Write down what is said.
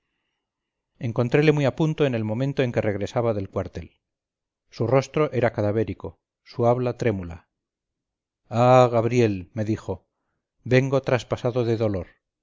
encontrele muy a punto en el momento en que regresaba del cuartel su rostro era cadavérico su habla trémula ah gabriel me dijo vengo traspasado de dolor